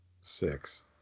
Six